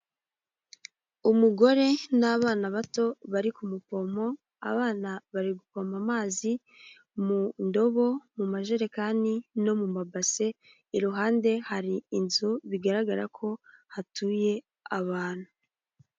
Umugore n'abana bato bari ku mupompo, abana bari gupompa amazi mu ndobo, mu majerekani, no mu mabase, iruhande hari inzu bigaragara ko hatuye abantu.